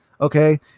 Okay